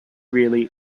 really